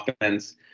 offense